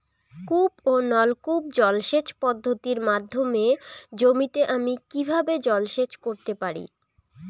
কূপ ও নলকূপ জলসেচ পদ্ধতির মাধ্যমে জমিতে আমি কীভাবে জলসেচ করতে পারি?